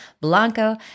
Blanco